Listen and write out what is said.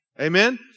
Amen